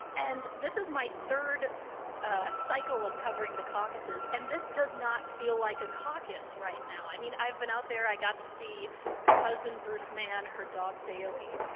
and this is my third ah cycle of covering the caucuses, and this does not feel like a caucus right now. i mean, i've been out there. i got to see her husband bruce mann, her dog bailey.